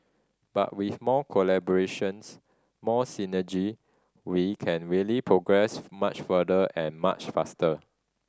but with more collaborations more synergy we can really progress much further and much faster